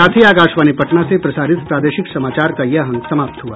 इसके साथ ही आकाशवाणी पटना से प्रसारित प्रादेशिक समाचार का ये अंक समाप्त हुआ